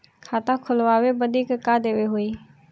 खाता खोलावे बदी का का देवे के होइ?